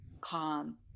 calm